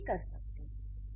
नहीं भी कर सकती हैं